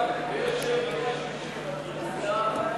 סעיפים